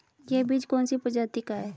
यह बीज कौन सी प्रजाति का है?